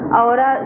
ahora